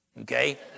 okay